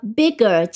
bigger